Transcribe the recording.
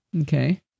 Okay